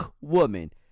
woman